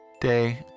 day